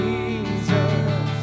Jesus